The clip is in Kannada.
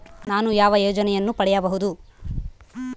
ನಾನು ಯಾವ ಯೋಜನೆಯನ್ನು ಪಡೆಯಬಹುದು?